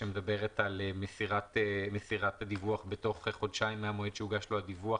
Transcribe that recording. שמדברת על מסירת הדיווח בתוך חודשיים מהמועד שהוגש לו הדיווח,